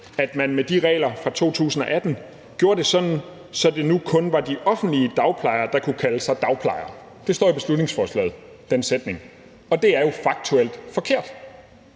at man med de regler fra 2018 gjorde det sådan, at det kun var de offentlige dagplejere, der kunne kalde sig for dagplejere. Den sætning står i beslutningsforslaget, og det er jo faktuelt forkert.